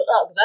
up